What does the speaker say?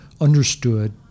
understood